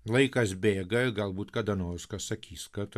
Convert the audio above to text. laikas bėga galbūt kada nors kas sakys kad